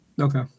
Okay